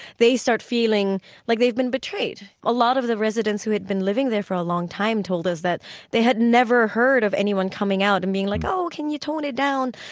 they start feeling like they've been betrayed. a lot of the residents who had been living there for a long time told us that they had never heard of anyone coming out and being like, oh, can you tone it down?